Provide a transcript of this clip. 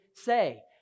say